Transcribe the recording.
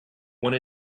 one